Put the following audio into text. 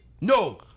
no